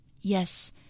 yes